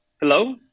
Hello